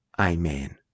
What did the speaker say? Amen